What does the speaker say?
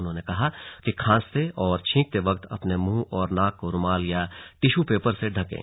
उन्होंने कहा कि खांसते और छींकते वक्त अपने मुंह और नाक को रूमाल या टिशू पेपर से ढकें